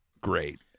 great